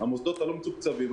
המוסדות הלא מתוקצבים,